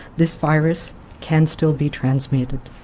this virus can still be transmitted.